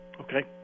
Okay